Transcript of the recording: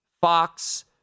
Fox